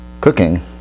cooking